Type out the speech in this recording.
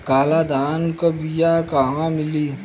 काला धान क बिया कहवा मिली?